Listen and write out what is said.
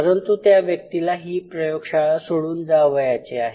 परंतु त्या व्यक्तीला ही प्रयोगशाळा सोडून जावयाचे आहे